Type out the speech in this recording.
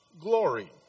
glory